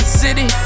city